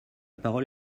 parole